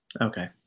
Okay